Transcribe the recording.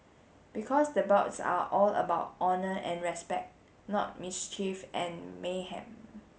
because the bouts are all about honour and respect not mischief and mayhem